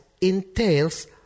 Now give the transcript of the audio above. entails